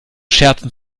scherzen